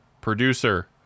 Producer